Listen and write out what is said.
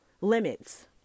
limits